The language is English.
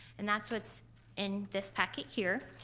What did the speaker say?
and that's what's in this packet here.